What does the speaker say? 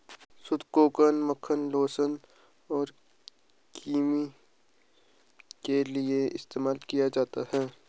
शुद्ध कोकोआ मक्खन लोशन और क्रीम के लिए इस्तेमाल किया जाता है